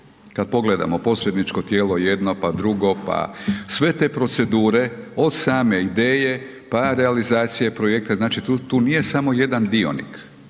Kad pogledamo posredničko tijelo jedno pa drugo, pa sve te procedure od same ideje pa realizacije projekta, znači tu nije samo jedan dionik,